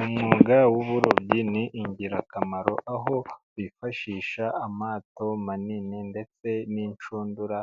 Umwuga w'uburobyi ni ingirakamaro aho bifashisha amato manini ndetse n'inshundura